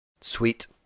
Sweet